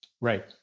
Right